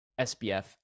SBF